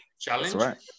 challenge